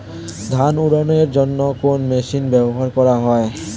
ধান উড়ানোর জন্য কোন মেশিন ব্যবহার করা হয়?